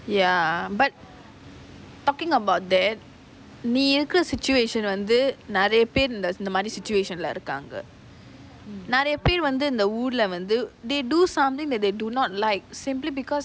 ya but talking about that நீ இருக்குற:nee irukura situation வந்து நிறைய பேரு இந்த:vanthu niraiya peru intha situation lah இருகாங்க நிறைய பேரு இந்த ஊருல வந்து:irukaanga niraiya peru intha oorula vanthu they do something that they do not like simple because